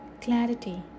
clarity